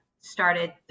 started